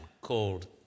called